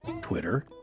Twitter